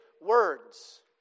words